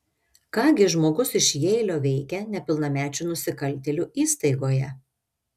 ką gi žmogus iš jeilio veikia nepilnamečių nusikaltėlių įstaigoje